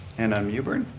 and on mewburn?